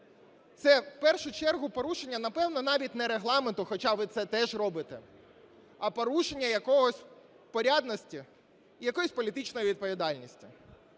це в першу чергу порушення, напевно, навіть не Регламенту, хоча ви це теж робите, а порушення якоїсь порядності і якоїсь політичної відповідальності.